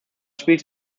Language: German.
spielte